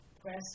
press